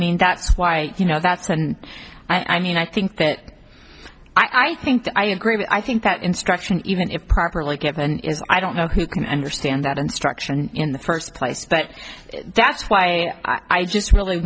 mean that's why you know that's and i mean i think that i think i agree but i think that instruction even if properly given is i don't know who can understand that instruction in the first place but that's why i just really